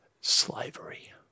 slavery